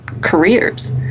careers